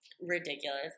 Ridiculous